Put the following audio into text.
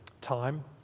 time